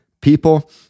people